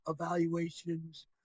evaluations